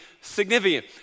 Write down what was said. significant